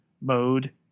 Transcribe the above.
mode